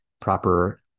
proper